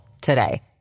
today